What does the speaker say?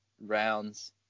rounds